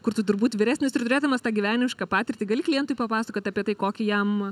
kur tu turbūt vyresnis ir turėdamas tą gyvenimišką patirtį gali klientui papasakoti apie tai kokį jam